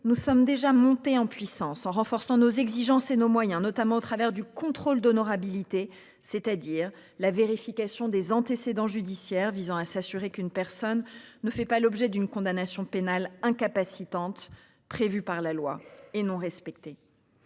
nous sommes déjà monté en puissance en renforçant nos exigences et nos moyens notamment au travers du contrôle d'honorabilité, c'est-à-dire la vérification des antécédents judiciaires visant à s'assurer qu'une personne ne fait pas l'objet d'une condamnation pénale incapacitantes prévu par la loi et non respectés.